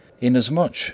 Inasmuch